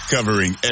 Covering